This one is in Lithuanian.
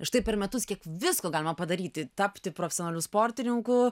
štai per metus kiek visko galima padaryti tapti profesionaliu sportininku